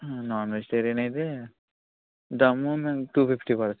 non vegetarian అయితే దమ్ మేము two fifty five